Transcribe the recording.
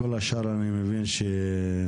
כל השאר אני מבין שמוסכם.